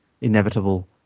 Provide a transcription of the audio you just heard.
inevitable